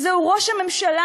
וזהו ראש הממשלה,